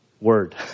word